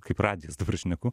kaip radijas dabar šneku